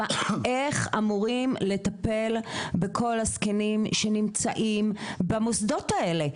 איך אמורים לטפל בכל הזקנים שנמצאים במוסדות האלה,